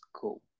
go